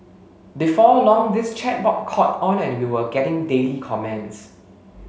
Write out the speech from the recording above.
before long this chat board caught on and we were getting daily comments